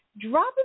drop